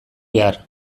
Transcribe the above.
behar